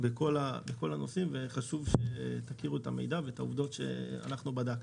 בכל הנושאים וחשוב שתכירו את המידע ואת העובדות שאנחנו בדקנו.